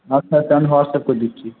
আচ্ছা আচ্ছা আমি হোয়াটসঅ্যাপ করে দিচ্ছি